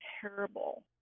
terrible